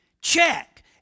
check